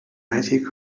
magic